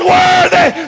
worthy